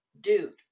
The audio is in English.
Dude